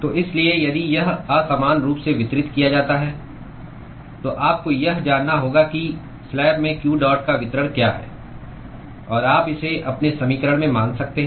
तो इसलिए यदि यह अ समान रूप से वितरित किया जाता है तो आपको यह जानना होगा कि स्लैब में q डॉट का वितरण क्या है और आप इसे अपने समीकरण में मान सकते हैं